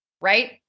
right